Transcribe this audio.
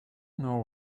know